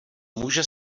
může